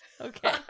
Okay